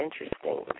interesting